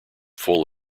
full